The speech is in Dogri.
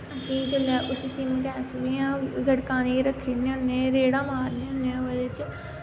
फ्ही जेल्लै उसी सिम गैस र इयां गड़काने रक्खी ओड़ने होन्ने रेड़्ने मारने होने ओह्दै च